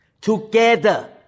together